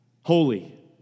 Holy